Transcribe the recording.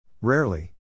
Rarely